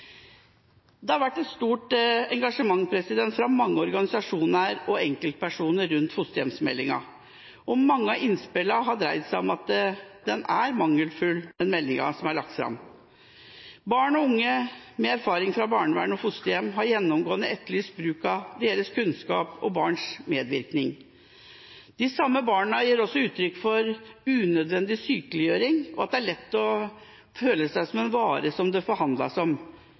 Det har vært et stort engasjement fra mange organisasjoner og enkeltpersoner rundt fosterhjemsmeldinga, og mange av innspillene har dreid seg om at meldinga som er lagt fram, er mangelfull. Barn og unge med erfaring fra barnevern og fosterhjem har gjennomgående etterlyst bruk av deres kunnskap og barns medvirkning. De samme barna gir også uttrykk for unødvendig sykeliggjøring og at det er lett å føle seg som en vare det forhandles om.